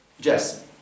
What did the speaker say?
Jess